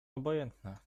obojętne